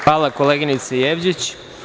Hvala, koleginice Jevđić.